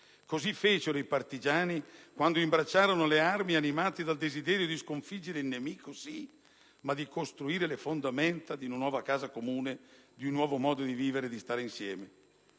Così fecero i partigiani quando imbracciarono le armi animati dal desiderio di sconfiggere il nemico, sì, ma di costruire le fondamenta di una nuova casa comune, di un nuovo modo di vivere e stare insieme.